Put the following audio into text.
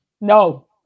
No